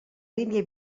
línia